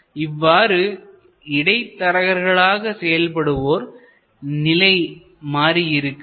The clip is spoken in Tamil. இவ்வாறு இடைத்தரகர்களாக செயல்படுவோர் நிலை மாறி இருக்கிறது